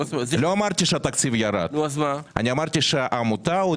אני לא אמרתי שהתקציב ירד.